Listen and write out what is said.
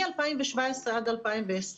מ-2017 עד 2020,